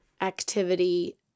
activity